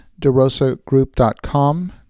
derosagroup.com